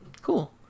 Cool